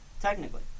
technically